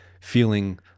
feeling